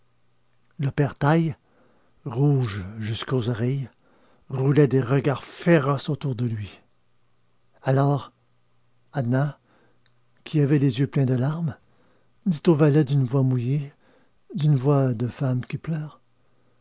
le père taille rouge jusqu'aux oreilles roulait des regards féroces autour de lui alors anna qui avait les yeux pleins de larmes dit aux valets d'une voix mouillée d'une voix de femme qui pleure